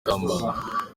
kambanda